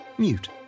mute